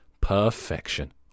Perfection